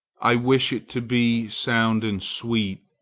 i wish it to be sound and sweet,